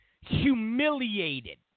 humiliated